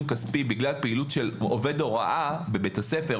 כספי בגלל פעילות של עובד הוראה בבית הספר,